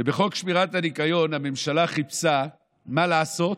ובחוק שמירת הניקיון הממשלה חיפשה מה לעשות